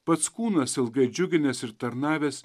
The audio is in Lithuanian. pats kūnas ilgai džiuginęs ir tarnavęs